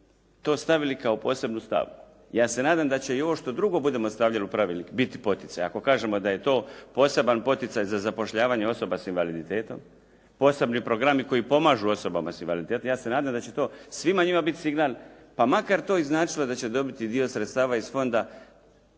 to stavili kao posebnu stavku. Ja se nadam da će i ovo što drugo budemo stavljali u pravilnik biti poticaj. Ako kažemo da je to poseban poticaj za zapošljavanje osoba sa invaliditetom, posebni programi koji pomažu osobama s invaliditetom. Ja se nadam da će svima njima biti signal pa makar i to značilo da će dobiti dio sredstava iz fonda